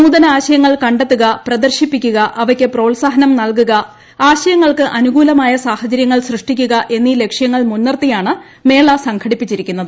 നൂതന ആശയങ്ങൾ കണ്ടെത്തുക പ്രദർശിപ്പിക്കുക അവയ്ക്ക് പ്രോത്സാഹനം നൽകുക ആശയങ്ങൾക്ക് അനൂകൂലമായ സാഹചര്യങ്ങൾ സൃഷ്ടിക്കുക എന്നീ ലക്ഷ്യങ്ങൾ മുൻനിർത്തിയാണ് മേള സംഘടിപ്പിച്ചിരിക്കുന്നത്